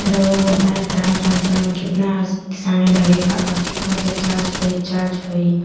रहुआ बताएं थाने ट्रांसफर में कितना के समय लेगेला और कितना के चार्ज कोई चार्ज होई?